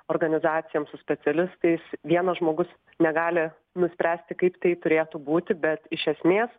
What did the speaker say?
organizacijom su specialistais vienas žmogus negali nuspręsti kaip tai turėtų būti bet iš esmės